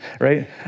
right